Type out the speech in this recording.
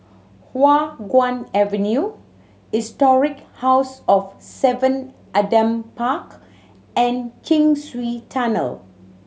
Hua Guan Avenue Historic House of Seven Adam Park and Chin Swee Tunnel